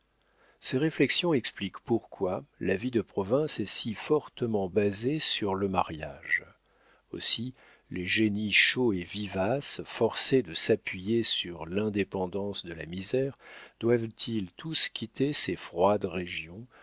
ces réflexions expliquent pourquoi la vie de province est si fortement basée sur le mariage aussi les génies chauds et vivaces forcés de s'appuyer sur l'indépendance de la misère doivent-ils tous quitter ces froides régions